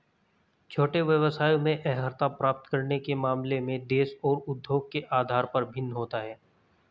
छोटे व्यवसायों में अर्हता प्राप्त करने के मामले में देश और उद्योग के आधार पर भिन्न होता है